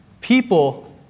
People